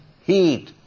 heat